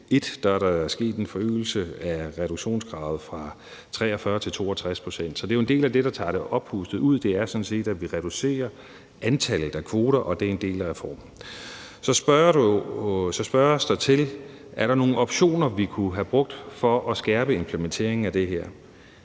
hedder ETS1, sket en forøgelse af reduktionskravet fra 43 pct. til 62 pct. Så det er jo en del af det, der tager det oppustede ud, altså at vi reducerer antallet af kvoter, og det er en del af reformen. Så spørges der: Er der nogle optioner, vi kunne have brugt for at skærpe implementeringen af det her?